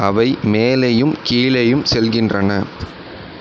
அவை மேலேயும் கீழேயும் செல்கின்றன